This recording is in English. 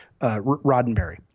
Roddenberry